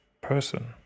person